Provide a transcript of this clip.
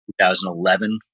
2011